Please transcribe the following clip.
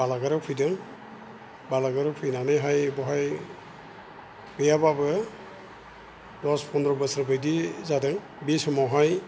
बालागाराव फैदों बालागाराव फैनानैहाय बावहाय गैयाबाबो दस पन्द्र बोसोर बायदि जादों बि समावहाय